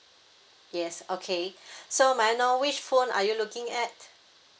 yes okay so may I know which phone are you looking at